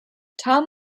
tom